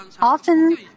Often